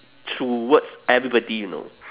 towards everybody you know